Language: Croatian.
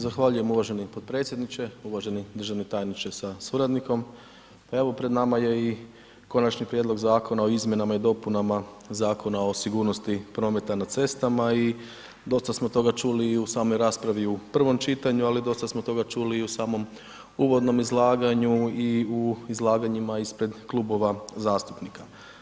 Zahvaljujem uvaženi potpredsjedniče, uvaženi državni tajniče sa suradnikom, pa evo pred nama je i Konačni prijedlog Zakona o izmjenama i dopunama Zakona o sigurnosti prometa na cestama i dosta smo toga čuli i u samoj raspravi i u prvom čitanju, ali dosta smo toga čuli i u samom uvodnom izlaganju i u izlaganjima ispred klubova zastupnika.